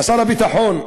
לשר הביטחון,